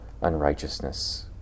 unrighteousness